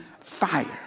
fire